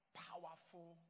powerful